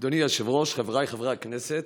אדוני היושב-ראש, חבריי חברי הכנסת,